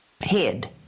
head